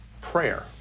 prayer